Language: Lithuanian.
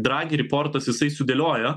dragi ryportas jisai sudėliojo